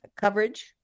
coverage